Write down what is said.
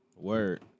word